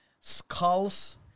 skulls